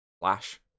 Flash